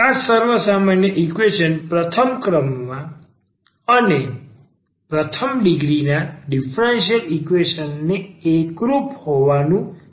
આ સર્વસામાન્ય ઈકવેશન પ્રથમ ક્રમ માં અને પ્રથમ ડિગ્રીના ડીફરન્સીયલ ઈકવેશન ને એકરૂપ હોવાનું કહેવામાં આવે છે